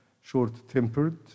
short-tempered